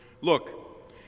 Look